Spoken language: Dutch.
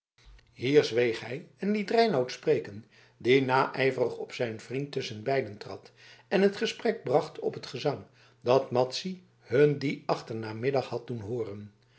hier zweeg hij en liet reinout spreken die naijverig op zijn vriend tusschen beiden trad en het gesprek bracht op het gezang dat madzy hun dien achternamiddag had doen hooren